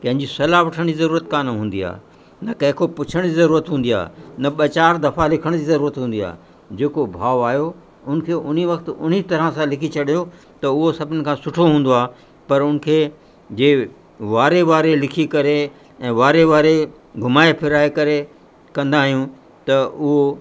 कंहिंजी सलाह वठण जी ज़रूरत कान हूंदी आहे न कंहिंखो पुछण जी ज़रूरत हूंदी न ॿ चार दफ़ा लिखण जी ज़रूरत हूंदी आहे जेको भाव आयो उन खे उन्ही वक़्तु उन तरह सां लिखी छॾियो त उहो सभिनि खां सुठो हूंदो आहे पर उन खे जे वारे वारे लिखी करे ऐं वारे वारे घुमाए फिराए करे कंदा आहियूं त उहो